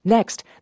Next